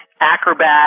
Acrobat